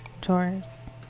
Taurus